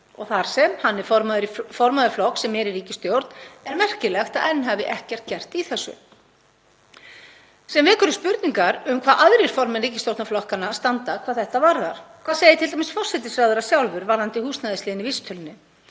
og þar sem hann er formaður flokks sem er í ríkisstjórn er merkilegt að enn hafi ekkert gerst í þessu. Það vekur upp spurningar um hvar aðrir formenn ríkisstjórnarflokkanna standa hvað þetta varðar. Hvað segir t.d. forsætisráðherra sjálfur um húsnæðisliðinn í vísitölunni?